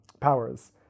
powers